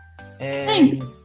Thanks